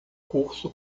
curso